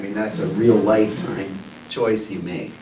that's a real lifetime choice you make,